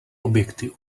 objekty